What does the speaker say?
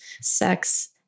sex